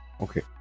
Okay